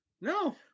No